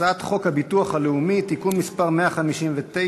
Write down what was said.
הצעת חוק הביטוח הלאומי (תיקון מס' 159),